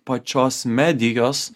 pačios medijos